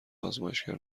آزمایشگر